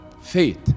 faith